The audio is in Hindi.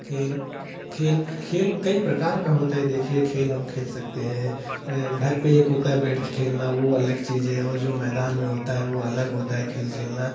खेल खेल खेल कई प्रकार का होता है देखिए खेल हम खेल सकते हैं घर पे एक होता है बैठके खेलना वो अलग चीज़ है और जो मैदान में होता है वो अलग होता है खेल खेलना